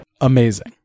amazing